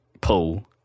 pull